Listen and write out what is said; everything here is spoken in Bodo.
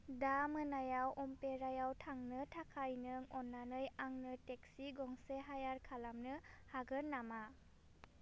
दा मोनायाव अमपेरायाव थांनो थाखाय नों अन्नानै आंनो टेक्सि गंसे हाइयार खालामनो हागोन नामा